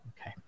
okay